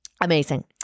Amazing